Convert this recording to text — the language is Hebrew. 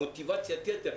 את מוטיבציית היתר.